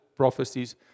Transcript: prophecies